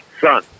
son